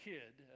kid